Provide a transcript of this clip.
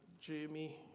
Jamie